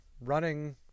running